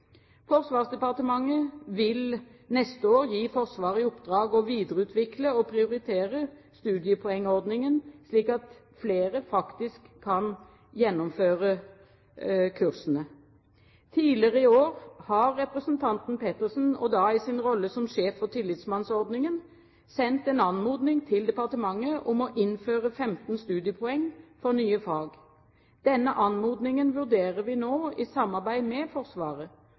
Forsvarsdepartementet vil neste år gi Forsvaret i oppdrag å videreutvikle og prioritere studiepoengordningen, slik at flere faktisk kan gjennomføre kursene. Tidligere i år har representanten Pettersen – da i sin rolle som sjef for tillitsmannsordningen – sendt en anmodning til departementet om å innføre 15 studiepoeng for nye fag. Denne anmodningen vurderer vi nå i samarbeid med Forsvaret.